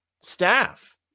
staff